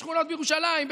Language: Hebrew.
בשכונות בירושלים,